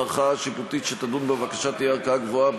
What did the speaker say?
הערכאה השיפוטית שתדון בבקשה תהיה ערכאה גבוהה,